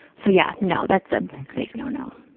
so yeah, no, that's a big no-no.